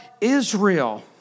Israel